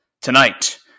Tonight